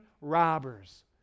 robbers